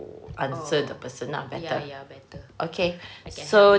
oh ya ya better I can help you